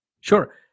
Sure